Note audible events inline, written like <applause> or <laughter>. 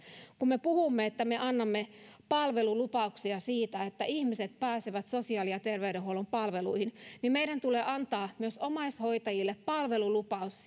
kun me puhumme että me annamme palvelulupauksia siitä että ihmiset pääsevät sosiaali ja terveydenhuollon palveluihin niin meidän tulee antaa myös omaishoitajille palvelulupaus <unintelligible>